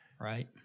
Right